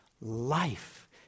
life